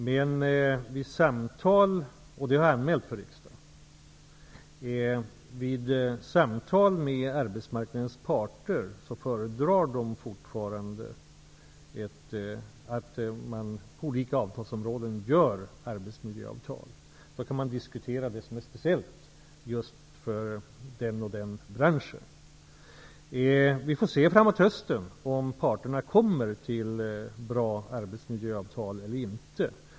Men vid samtal med arbetsmarknadens parter, vilket jag har anmält för riksdagen, visar det sig att de fortfarande föredrar att man på olika avtalsområden träffar arbetsmiljöavtal. Då kan man diskutera det som är speciellt för resp. bransch. Vi får framåt hösten se om parterna träffar bra arbetsmiljöavtal eller inte.